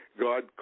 God